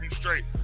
straight